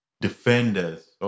defenders